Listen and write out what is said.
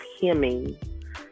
hemming